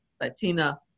Latina